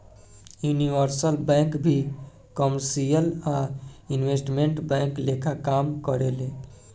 universal bank भी commercial आ investment bank लेखा काम करेले